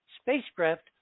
spacecraft